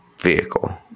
vehicle